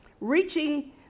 reaching